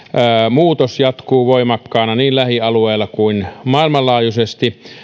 muutos jatkuu voimakkaana niin lähialueella kuin maailmanlaajuisestikin